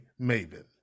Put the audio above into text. maven